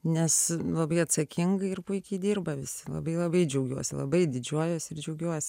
nes labai atsakingai ir puikiai dirba visi labai labai džiaugiuosi labai didžiuojuosi ir džiaugiuosi